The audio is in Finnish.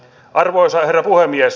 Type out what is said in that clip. arvoisa herra puhemies